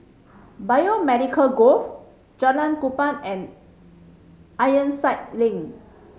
Biomedical Grove Jalan Kupang and Ironside Link